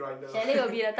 chalet will be the time